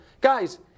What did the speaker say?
Guys